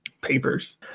papers